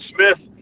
Smith